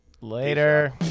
Later